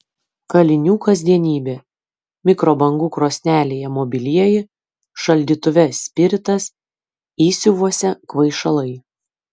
kalinių kasdienybė mikrobangų krosnelėje mobilieji šaldytuve spiritas įsiuvuose kvaišalai